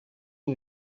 ubu